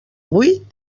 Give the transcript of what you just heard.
vull